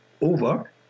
over